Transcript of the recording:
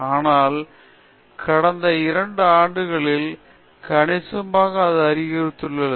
ஆனால் கடந்த 2 ஆண்டுகளில் கணிசமாக அது அதிகரித்துள்ளது